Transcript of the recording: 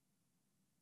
שוב,